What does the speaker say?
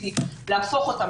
להפוך אותם,